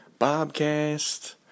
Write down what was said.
Bobcast